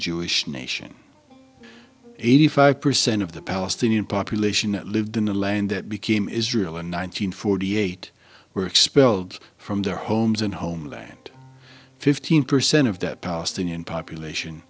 jewish nation eighty five percent of the palestinian population that lived in the land that became israel in one nine hundred forty eight were expelled from their homes and homeland fifteen percent of the palestinian population